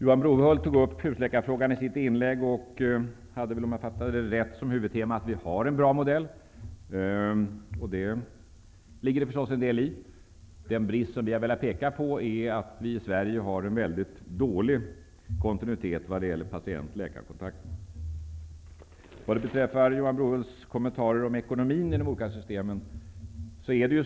Johan Brohult tog upp husläkarfrågan i sitt inlägg och hade, om jag uppfattade honom rätt, huvudtemat att vi har en bra modell. Det ligger förstås en del i det. Den brist som vi har velat påpeka är att vi i Sverige har en väldigt dålig kontinuitet vad gäller patient -- läkare-kontakten. Johan Brohult kommenterade ekonomin i de olika systemen.